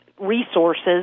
resources